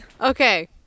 Okay